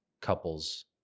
couples